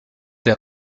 der